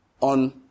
on